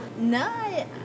no